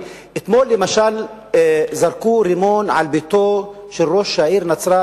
אתמול למשל זרקו רימון על ביתו של ראש העיר נצרת,